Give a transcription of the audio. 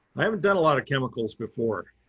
i haven't done a lot of chemicals before.